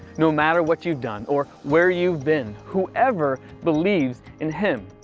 no matter what you've done, or where you've been. whoever believes in him,